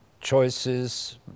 choices